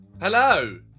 Hello